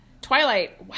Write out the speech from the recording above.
Twilight